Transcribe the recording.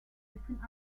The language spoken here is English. different